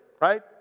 right